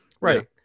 right